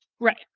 Right